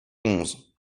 onze